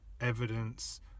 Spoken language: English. evidence